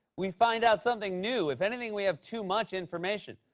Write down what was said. we find out something new. if anything, we have too much information.